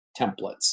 templates